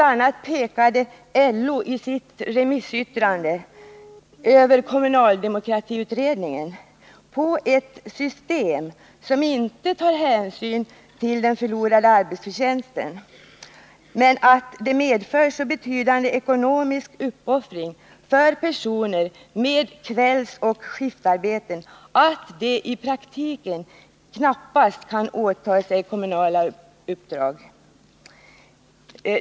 a. pekade LO i sitt remissyttrande över kommunaldemokratiutredningen på att systemet inte tar hänsyn till den förlorade arbetsförtjänsten som medför så betydande ekonomisk uppoffring för personer med kvällsoch skiftarbete att de i praktiken knappast kan åta sig kommunala uppdrag.